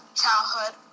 childhood